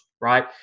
right